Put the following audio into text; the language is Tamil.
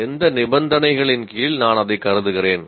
எந்த நிபந்தனைகளின் கீழ் நான் அதைக் கருதுகிறேன்